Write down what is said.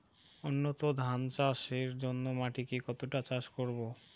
উন্নত ধান চাষের জন্য মাটিকে কতটা চাষ করব?